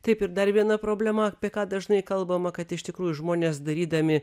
taip ir dar viena problema apie ką dažnai kalbama kad iš tikrųjų žmonės darydami